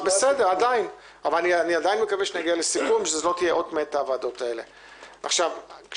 אני עדיין מקווה שנגיע לסיכום ושהוועדות האלו לא